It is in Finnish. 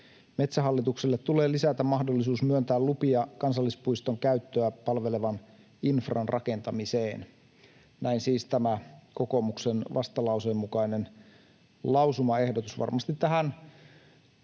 Metsähallitukselle tulee lisätä mahdollisuus myöntää lupia kansallispuiston käyttöä palvelevan infran rakentamiseen.” Näin siis tämä kokoomuksen vastalauseen mukainen lausumaehdotus. Varmasti tähän